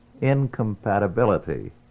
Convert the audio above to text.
incompatibility